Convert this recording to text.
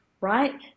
Right